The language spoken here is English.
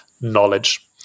knowledge